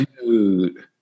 dude